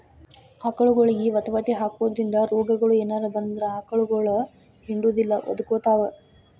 ಆಕಳಗೊಳಿಗೆ ವತವತಿ ಹಾಕೋದ್ರಿಂದ ರೋಗಗಳು ಏನರ ಬಂದ್ರ ಆಕಳಗೊಳ ಹಿಂಡುದಿಲ್ಲ ಒದಕೊತಾವ